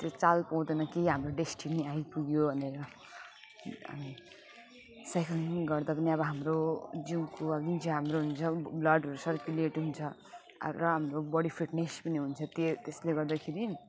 त्यो चाल पाउँदैन कि हाम्रो डेस्टिनी आइपुग्यो भनेर अनि साइक्लिङ गर्दा पनि हाम्रो जिउको अब हाम्रो जुन चाहिँ हुन्छ ब्लडहरू सर्कुलेट हुन्छ र हाम्रो बडी फिटनेस पनि हुन्छ के त्यसले गर्दाखेरि